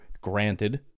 granted